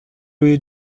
روی